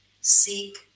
seek